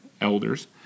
elders